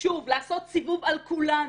שוב לעשות סיבוב על כולנו,